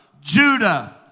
Judah